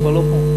הוא כבר לא פה,